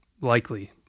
likely